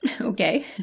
Okay